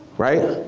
right?